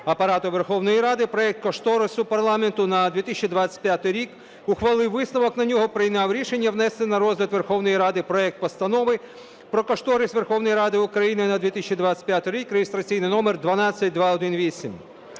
Апарату Верховної Ради проект кошторису парламенту на 2025 рік, ухвалив висновок на нього, прийняв рішення внести на розгляд Верховної Ради проект Постанови про кошторис Верховної Ради України на 2025 рік (реєстраційний номер 12218).